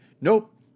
nope